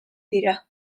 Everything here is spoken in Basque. dira